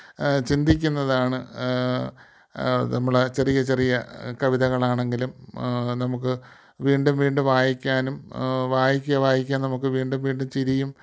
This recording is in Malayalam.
ചിന്തിക്കുന്നതാണ് നമ്മൾ ചെറിയ ചെറിയ കവിതകളാണെങ്കിലും നമുക്ക് വീണ്ടും വീണ്ടും വായിക്കാനും വായിക്കാൻ വായിക്കാൻ നമുക്ക് വീണ്ടും വീണ്ടും ചിരിയും